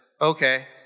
okay